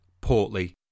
portly